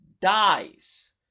dies